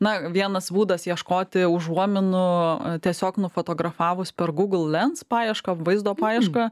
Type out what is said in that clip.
na vienas būdas ieškoti užuominų tiesiog nufotografavus per gugl lens paiešką vaizdo paiešką